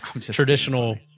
traditional